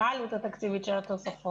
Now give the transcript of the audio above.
אסתר, מה העלות התקציבית של התוספות?